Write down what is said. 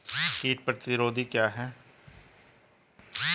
कीट प्रतिरोधी क्या है?